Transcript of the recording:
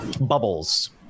bubbles